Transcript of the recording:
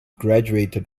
graduated